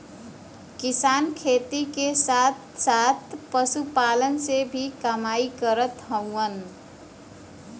किसान खेती के साथ साथ पशुपालन से भी कमाई करत हउवन